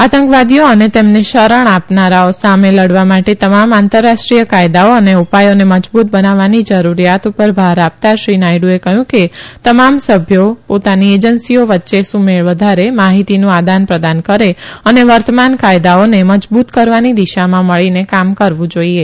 આતંકવાદીઓ અને તેમને શરણ આપનારાનો સામે લાલવા માટે તમામ આંતરરાષ્ટ્રિય કાયદાઓ અને ઉપાયોને મજબુત બનાવવાની જરૂરીયાત પર ભાર આપતા શ્રી નાયડુએ કહયું કે તમામ સભ્યોએ પોતાની એજન્સીઓ વચ્ચે સુમેળ વધારે માહિતીનું આદાન પ્રદાન કરે અને વર્તમાન કાયદાઓને મજબુત કરવાની દિશામાં મળીને કામ કરવુ જોઇએ